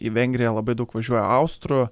į vengriją labai daug važiuoja austrų